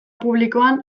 publikoan